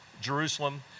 Jerusalem